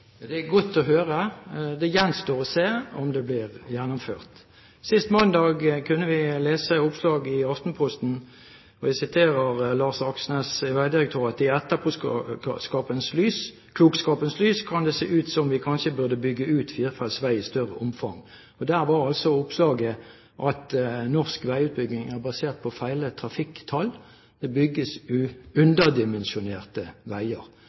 Det er godt å høre. Det gjenstår å se om det blir gjennomført. Sist mandag kunne vi lese et oppslag i Aftenposten. Jeg siterer Lars Aksnes i Vegdirektoratet: «I etterpåklokskapens lys så kan en si at vi kanskje burde ha bygget ut firefelts vei i større omfang.» Der var altså oppslaget at norsk veiutbygging er basert på feil trafikktall. Det bygges underdimensjonerte veier.